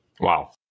Wow